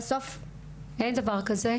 אין דבר כזה.